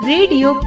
Radio